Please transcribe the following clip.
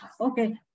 okay